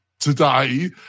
Today